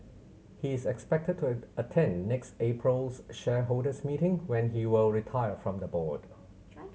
he is expected to attend next April's shareholders meeting when he will retire from the board